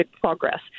progress